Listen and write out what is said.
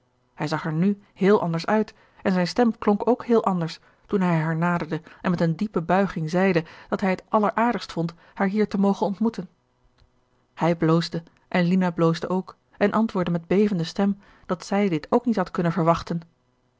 hij zag er nu heel anders uit en zijne stem klonk ook heel anders toen hij haar naderde en met een diepe buiging zeide dat hij het alleraardigst vond haar hier te mogen ontmoeten hij bloosde en lina bloosde ook en antwoordde met bevende stem dat zij dit ook niet had kunnen verwachten